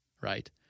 right